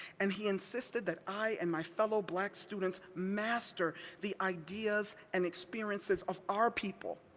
and he insisted that i and my fellow black students master the ideas and experiences of our people,